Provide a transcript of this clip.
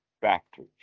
factors